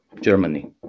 germany